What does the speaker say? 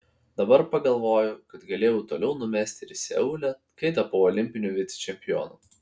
dabar pagalvoju kad galėjau toliau numesti ir seule kai tapau olimpiniu vicečempionu